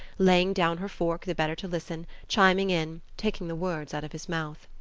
laying down her fork the better to listen, chiming in, taking the words out of his mouth.